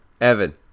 evan